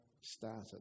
started